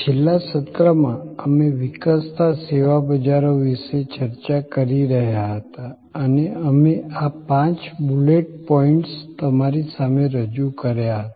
છેલ્લા સત્રમાં અમે વિકસતા સેવા બજારો વિશે ચર્ચા કરી રહ્યા હતા અને અમે આ પાંચ બુલેટ પોઈન્ટ્સ તમારી સામે રજૂ કર્યા હતા